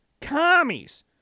Commies